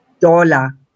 dollar